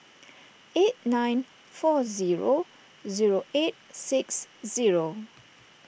eight nine four zero zero eight six zero